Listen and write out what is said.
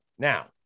Now